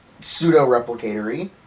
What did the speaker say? pseudo-replicatory